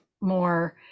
more